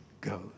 goes